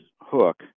hook